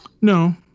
No